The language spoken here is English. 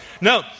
No